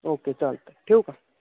okay चालत आहे ठेवू का